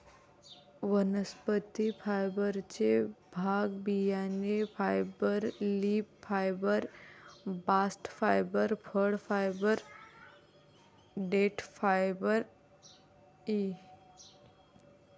वनस्पती फायबरचे भाग बियाणे fibre, leaf fibre, bast fibre, फळ फायबर, देठ फायबर इ